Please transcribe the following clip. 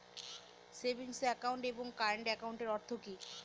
Savings account এবং current একাউন্টের অর্থ কি?